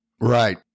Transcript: Right